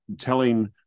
telling